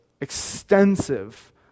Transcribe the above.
extensive